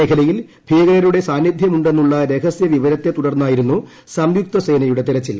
മേഖലയിൽ ഭീകരരുടെ സാന്നിധ്യമുണ്ടെന്നുള്ള രഹസ്യവിവരത്തെ തുടർന്നായിരുന്നു സംയുക്ത സേനയുടെ തെരച്ചിൽ